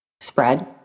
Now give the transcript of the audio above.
spread